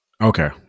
Okay